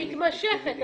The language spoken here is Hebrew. מתמשכת.